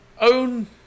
own